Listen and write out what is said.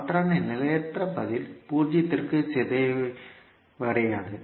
அவ்வாறான நிலையற்ற பதில் பூஜ்ஜியத்திற்கு சிதைவடையாது